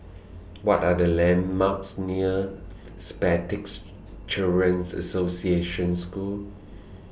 What Are The landmarks near Children's Association School